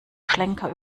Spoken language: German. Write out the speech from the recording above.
schlenker